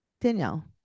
Danielle